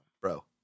Bro